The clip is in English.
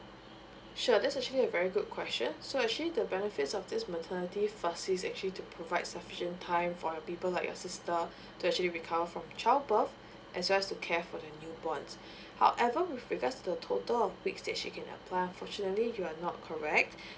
sure that's actually a very good question so actually the benefits of this maternity firstly is actually to provide sufficient time for the people like your sister to actually recover from child birth as well as to care for the new born however with regards to a total of weeks that she can apply unfortunately you are not correct